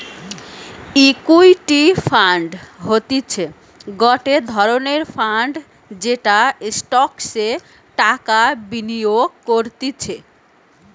equity fund হতিছে গটে ধরণের ফান্ড যেটা স্টকসে টাকা বিনিয়োগ করতিছে